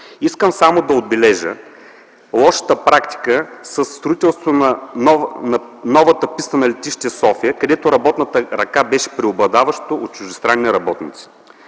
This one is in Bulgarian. Искам само да отбележа лошата практика със строителството на новата писта на летище София, където работната ръка беше преобладаващо от чуждестранни работници.